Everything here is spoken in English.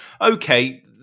Okay